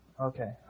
Okay